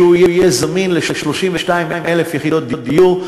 שיהיה זמין ל-32,000 יחידות דיור.